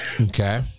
Okay